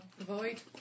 avoid